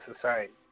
society